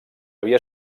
havia